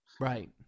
Right